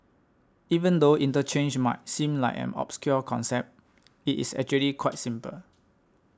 even though interchange might seem like an obscure concept it is actually quite simple